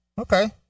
Okay